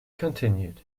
continued